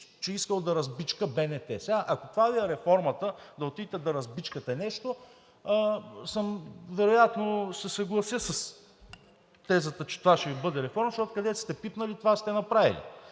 че искал да разбичка БНТ. Ако това Ви е реформата – да отидете да разбичкате нещо, вероятно ще се съглася с тезата, че това ще Ви бъде реформата, защото, където сте пипнали, това сте направили.